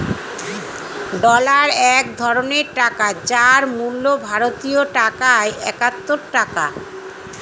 dollar এক ধরনের টাকা যার মূল্য ভারতীয় টাকায় একাত্তর টাকা